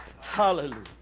Hallelujah